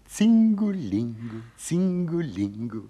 cingu lingu cingu lingu